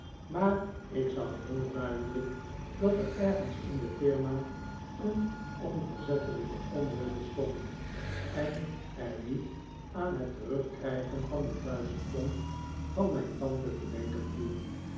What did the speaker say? maar ik zag heel duidelijk dat er ergens in de firma een onverzettelijke onwil bestond en er niet aan het terugkrijgen van de duizend pond van mijn tante te denken viel